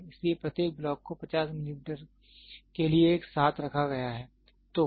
इसलिए प्रत्येक ब्लॉक को 50 मिलीमीटर के लिए एक साथ रखा गया है